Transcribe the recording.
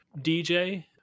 DJ